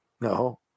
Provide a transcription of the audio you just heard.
No